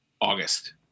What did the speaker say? August